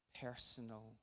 personal